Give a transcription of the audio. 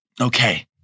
Okay